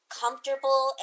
comfortable